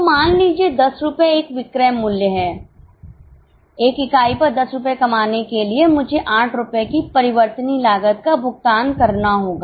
तो मान लीजिए 10 रुपये एक विक्रय मूल्य है एक इकाई पर 10 रुपये कमाने के लिए मुझे 8 रुपये की परिवर्तनीय लागत का भुगतान करना होगा